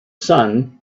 sun